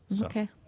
Okay